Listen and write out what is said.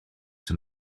tan